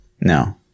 No